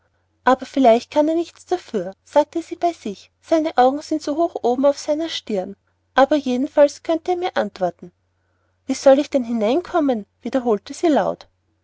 aber vielleicht kann er nicht dafür sagte sie bei sich seine augen sind so hoch oben auf seiner stirn aber jedenfalls könnte er mir antworten wie soll ich denn hineinkommen wiederholte sie laut